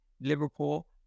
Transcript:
Liverpool